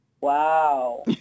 Wow